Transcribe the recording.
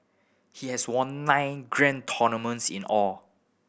he has won nine grand tournaments in all